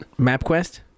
MapQuest